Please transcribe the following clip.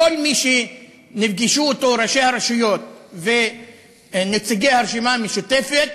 כל מי שנפגשו אתו ראשי הרשויות ונציגי הרשימה המשותפת,